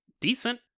decent